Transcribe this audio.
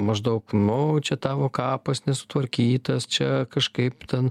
maždaug nu čia tavo kapas nesutvarkytas čia kažkaip ten